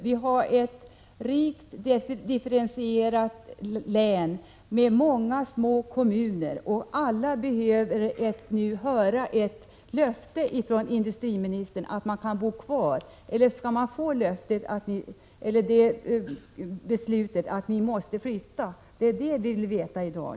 Vi är ett rikt differentierat län med många små kommuner. Alla behöver nu höra ett löfte från industriministern så att vi kan bo kvar där. Eller kommer vi att bli tvungna att flytta? Det vill vi veta i dag.